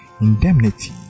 indemnity